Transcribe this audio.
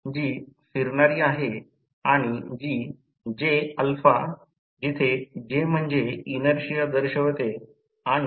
तर म्हणूनच हे जाणून घ्या की ही सूत्रांची कार्यक्षमता 98